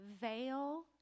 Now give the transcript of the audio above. veil